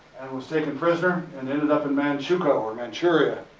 was taken prisoner, and ended up in manchuko, or manchuria.